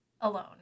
Alone